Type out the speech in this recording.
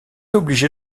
obligé